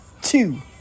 Two